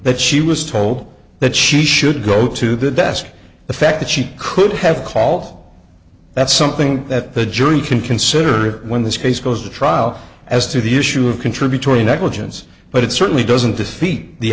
that she was told that she should go to the desk the fact that she could have call that something that the jury can consider when this case goes to trial as to the issue of contributory negligence but it certainly doesn't just feed the